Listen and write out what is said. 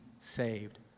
saved